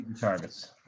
targets